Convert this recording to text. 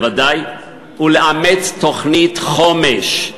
ולאמץ תוכנית חומש,